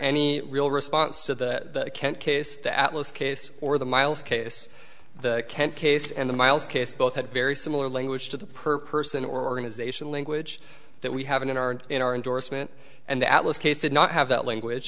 any real response to the kent case the atlas case or the myles case the kent case and the myles case both had very similar language to the per person organization language that we have in our and in our endorsement and the atlas case did not have that language